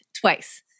twice